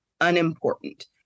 unimportant